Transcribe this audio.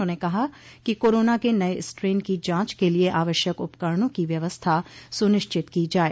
उन्होंने कहा कि कोरोना के नये स्ट्रेन की जांच के लिये आवश्यक उपकरणों की व्यवस्था सुनिश्चित की जाये